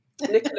nicola